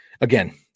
again